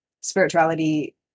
spirituality